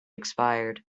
expired